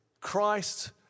Christ